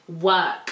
work